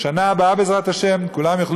רווחה, 588 מיליון.